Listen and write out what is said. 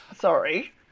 Sorry